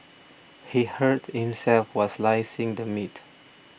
he hurt himself while slicing the meat